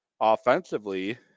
offensively